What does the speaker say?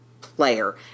player